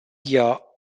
year